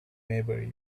maybury